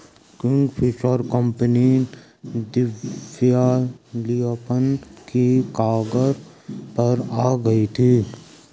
Kingfisher company दिवालियापन की कगार पर आ गई थी